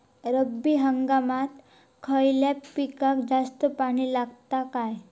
रब्बी हंगामात खयल्या पिकाक जास्त पाणी लागता काय?